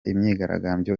imyigaragambyo